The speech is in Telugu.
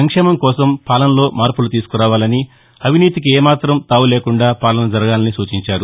సంక్షేమం కోసం పాలనలో మార్పులు తీసుకురావాలని అవినీతికి ఏ మాత్రం తావులేకుండా పాలన జరగాలని సూచించారు